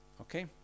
Okay